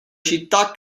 città